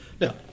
Now